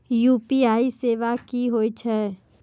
UPI सेवा की होय छै?